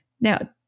Now